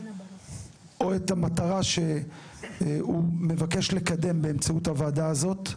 או את המטרה שהוא מבקש לקדם באמצעות הוועדה הזאת,